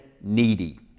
needy